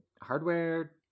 hardware